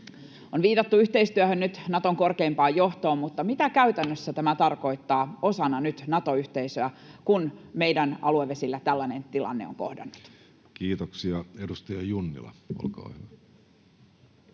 On viitattu yhteistyöhön, Naton korkeimpaan johtoon, mutta mitä käytännössä tämä tarkoittaa nyt osana Nato-yhteisöä, kun meidän aluevesillä tällainen tilanne on kohdannut. [Speech 43] Speaker: Jussi Halla-aho